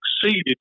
succeeded